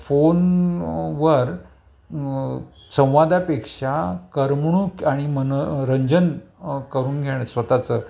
फोनवर संवादापेक्षा करमणूक आणि मनोरंजन करून घेणं स्वतःचं